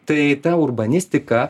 tai ta urbanistika